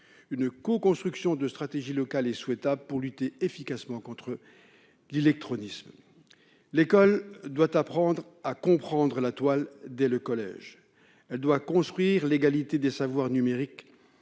Une coconstruction de stratégies locales est souhaitable pour lutter efficacement contre l'illectronisme. L'école doit apprendre aux élèves à comprendre la Toile dès le collège. Elle doit construire l'égalité des savoirs numériques,